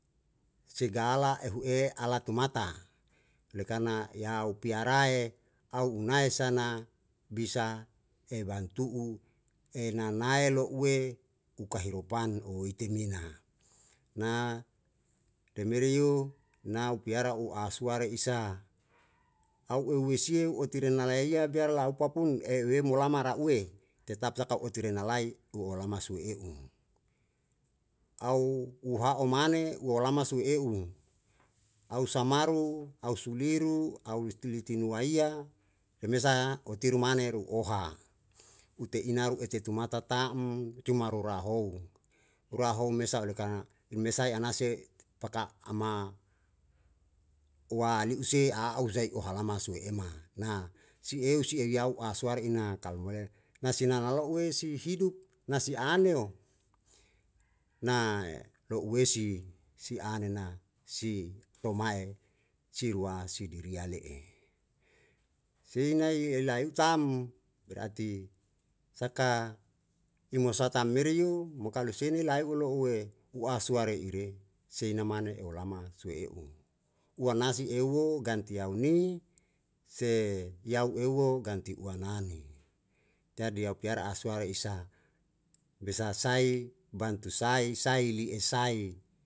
Segala ehu e ala tumata oleh karna yau piarae au unae sana bisa e bantu'u e nanae lo'ue u kahirupan oeitemina na romerio na upiara asua reisa au eu wesio oti rena laia biarla opapun ehu emolama ra'ue tetap saka oti renalai u olama sue'eu au uha'o mane u olama su'e'u au samaru au suliru au istiliti nuaiya hemesa otiru mane rou oha ute inaru etetumata ta'm cuma rora hou ura hou mesa oleh karna im mesae anase paka ama ua li'use a u usai ohalama sue ema na si eu si yau asuare ina kalo boleh na si nana lo'ue si hidup na si anena si tomae si ruasi diria le'e sei nae i elaeutam berati saka himosa tam merio mo kalo se ni lae o lo'ue u asua reire sei namane eu olama sue e'u. uanasi euo ganti yauni se yau eu'uo ganti uanane, jadi yau piara asua re isa bisa sai bantu sai sai li'e sai.